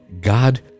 God